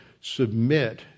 submit